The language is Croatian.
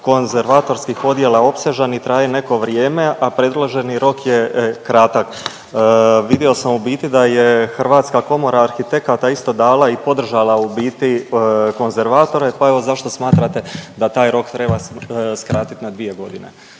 konzervatorskih odjela opsežan i traje neko vrijeme, a predloženi rok je kratak. Vidio sam u biti da je Hrvatska komora arhitekata isto dala i podržala u biti konzervatore, pa evo zašto smatrate da taj rok treba skratit na 2.g.? Hvala.